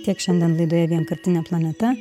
tiek šiandien laidoje vienkartinė planeta